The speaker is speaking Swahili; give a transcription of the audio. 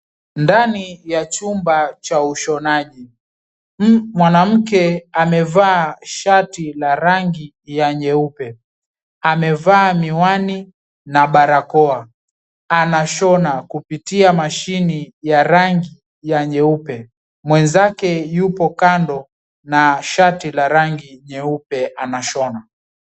Ndani ya chumba cha ushonaji. Mwanamke amevaa shati la rangi yenye ya nyeupe. Amevaa miwani na barakoa, anashona kupitia mashine ya rangi ya nyeupe. Mwenzake yupo kando na shati la rangi nyeupe anashona.